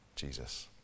Jesus